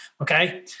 okay